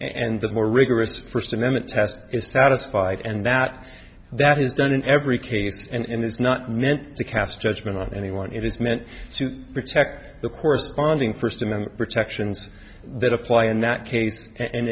and the more rigorous first amendment test is satisfied and that that is done in every case and it's not meant to cast judgment on anyone it is meant to protect the corresponding first amendment protections that apply in that case